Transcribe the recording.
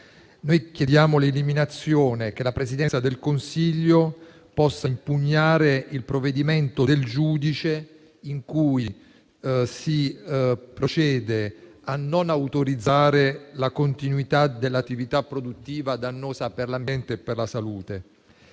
Noi chiediamo l'eliminazione della previsione per cui la Presidenza del Consiglio possa impugnare il provvedimento del giudice in cui si procede a non autorizzare la continuità dell'attività produttiva dannosa per l'ambiente e per la salute.